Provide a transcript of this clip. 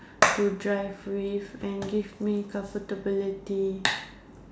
to drive with and give me comfortability